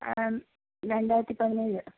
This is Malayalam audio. രണ്ടായിരത്തിപ്പതിനേഴ്